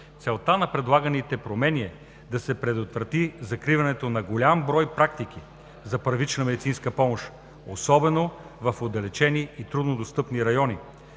Целта на предлаганите промени е да се предотврати закриването на голям брой практики за първична медицинска помощ, особено в отдалечени и труднодостъпни райони,